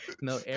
No